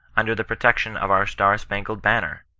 under the protection of our star-spangled banner!